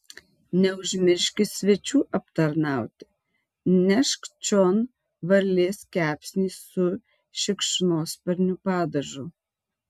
neužmirški svečių aptarnauti nešk čion varlės kepsnį su šikšnosparnių padažu